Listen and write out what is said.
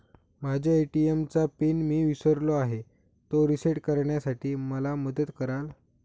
माझ्या ए.टी.एम चा पिन मी विसरलो आहे, तो रिसेट करण्यासाठी मला मदत कराल?